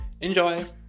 Enjoy